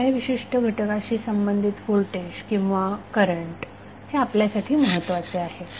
कोणत्याही विशिष्ट घटकाशी संबंधित व्होल्टेज किंवा करंट हे आपल्यासाठी महत्त्वाचे आहे